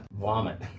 vomit